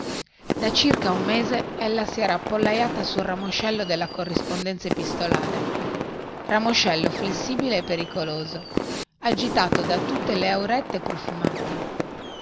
da circa un mese ella si era appollaiata sul ramoscello della corrispondenza epistolare ramoscello flessibile e pericoloso agitato da tutte le aurette profumate